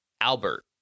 Albert